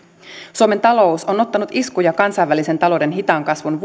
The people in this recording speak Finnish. suomen talous on ottanut iskuja kansainvälisen talouden hitaan kasvun